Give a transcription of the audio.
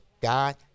God